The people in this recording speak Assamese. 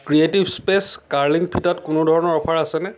ক্ৰিয়েটিভ স্পেচ কাৰ্লিং ফিটাত কোনো ধৰণৰ অ'ফাৰ আছেনে